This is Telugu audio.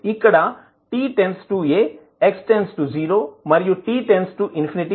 ఇక్కడ t → a x → 0 మరియు t →∞ x →∞